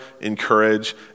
encourage